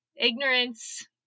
Ignorance